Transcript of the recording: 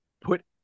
put